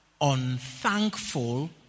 unthankful